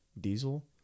diesel